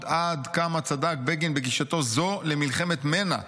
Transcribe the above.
עד כמה צדק בגין בגישתו זו למלחמת מנע,